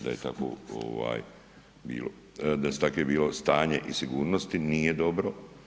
Da je tako ovaj bilo, da su take bilo stanje i sigurnosti, nije dobro.